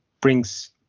brings